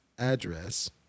address